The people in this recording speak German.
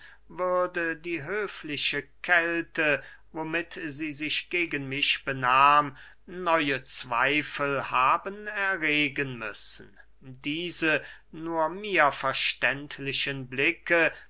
würde die höfliche kälte womit sie sich gegen mich benahm neue zweifel haben erregen müssen diese nur mir verständlichen blicke